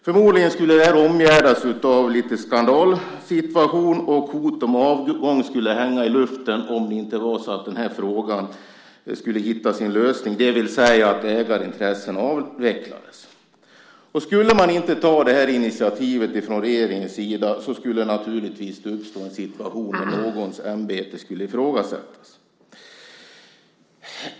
Förmodligen skulle det omgärdas av lite skandalsituation, och hot om avgång skulle hänga i luften om frågan inte skulle hitta sin lösning, det vill säga att ägarintressen avvecklades. Om man inte skulle ta det initiativet från regeringens sida skulle det naturligtvis uppstå en situation där någons ämbete skulle ifrågasättas.